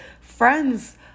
friends